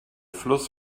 fluss